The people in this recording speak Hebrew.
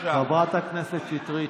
חברת הכנסת שטרית,